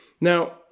Now